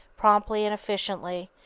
promptly and efficiently,